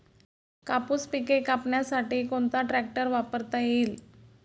कापूस पिके कापण्यासाठी कोणता ट्रॅक्टर वापरता येईल?